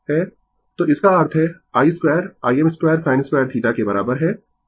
तो इसका अर्थ है i2 Im2sin2θ के बराबर है